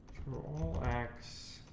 x,